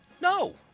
No